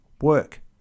work